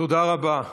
תודה רבה.